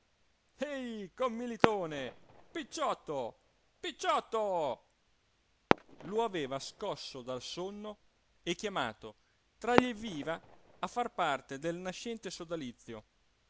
ehi commilitone picciotto picciotto lo aveva scosso dal sonno e chiamato tra gli evviva a far parte del nascente sodalizio